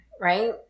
right